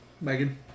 Megan